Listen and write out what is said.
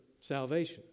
salvation